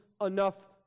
enough